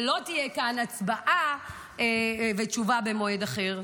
ולא יהיו כאן הצבעה ותשובה במועד אחר.